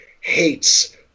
hates